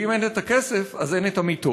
ואם אין כסף, אין מיטות,